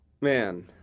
Man